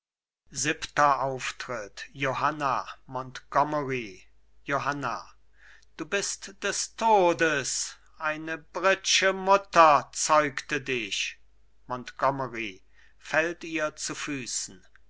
siebenter auftritt johanna montgomery johanna du bist des todes eine britsche mutter zeugte dich montgomery fällt ihr zu füßen